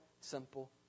simple